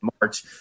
March